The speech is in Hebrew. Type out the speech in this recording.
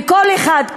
וכל אחד,